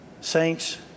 Saints